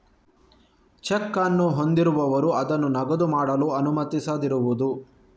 check ಅನ್ನು ಹೊಂದಿರುವವರು ಅದನ್ನು ನಗದು ಮಾಡಲು ಅನುಮತಿಸದಿರುವುದು